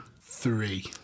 three